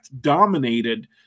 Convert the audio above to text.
dominated